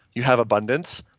you have abundance.